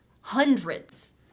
hundreds